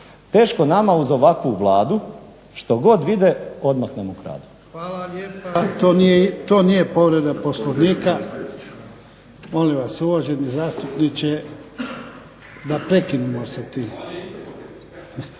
Teško nama uz ovakvu Vladu, što god vide odmah nam ukradu.